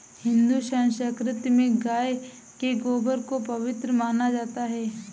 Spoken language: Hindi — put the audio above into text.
हिंदू संस्कृति में गाय के गोबर को पवित्र माना जाता है